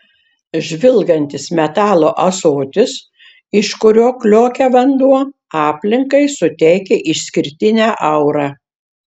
žvilgantis metalo ąsotis iš kurio kliokia vanduo aplinkai suteikia išskirtinę aurą